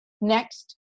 next